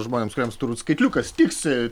žmonėms kuriems turbūt skaitliukas tiksi